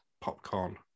popcorn